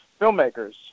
filmmakers